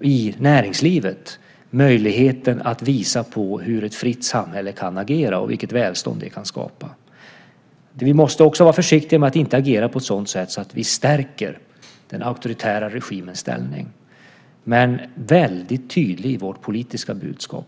i näringslivet möjligheten att visa på hur ett fritt samhälle kan agera och vilket välstånd det kan skapa. Vi måste vara försiktiga så att vi inte agerar på ett sådant sätt att vi stärker den auktoritära regimens ställning men vara väldigt tydliga i vårt politiska budskap.